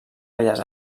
belles